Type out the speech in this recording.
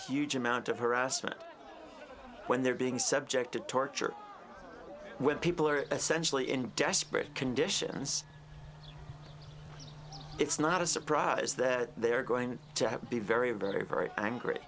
huge amount of harassment when they're being subjected to torture where people are essentially in desperate conditions it's not a surprise that they're going to be very very very angry